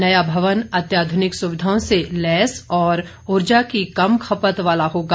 नया भवन अत्याधुनिक सुविधाओं से लैस और उर्जा की कम खपत वाला होगा